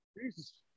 Jesus